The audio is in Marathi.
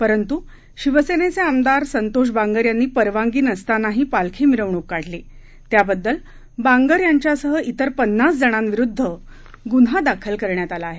परंतु शिवसेनेचे आमदार संतोष बांगर यांनी परवानगी नसतानाही पालखी मिरवणूक काढली त्याबद्दल बांगर यांच्यासह इतर पन्नास जणांविरुद्ध गुन्हा दाखल करण्यात आला आहे